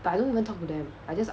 but I don't even talk to them I just